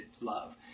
love